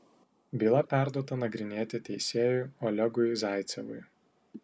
byla perduota nagrinėti teisėjui olegui zaicevui